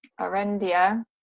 arendia